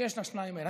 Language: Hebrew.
שיש לשניים האלה.